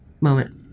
Moment